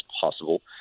possible